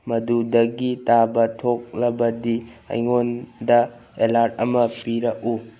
ꯃꯗꯨꯗꯒꯤ ꯇꯥꯕ ꯊꯣꯛꯂꯒꯗꯤ ꯑꯩꯉꯣꯟꯗ ꯑꯦꯂꯔꯠ ꯑꯃ ꯄꯤꯔꯛꯎ